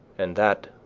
and that,